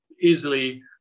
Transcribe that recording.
easily